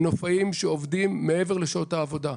מנופאים שעובדים מעבר לשעות העבודה.